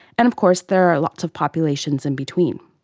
and of course there are lots of populations in between.